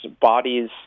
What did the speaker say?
bodies